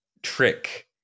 trick